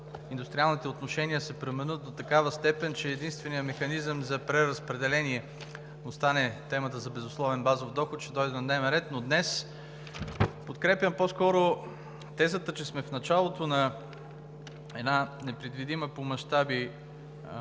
индустриалните отношения се променят до такава степен, че единственият механизъм за преразпределение остане темата за безусловен базов доход, ще дойде на дневен ред, но днес подкрепям по-скоро тезата, че сме в началото на една непредвидима по мащаби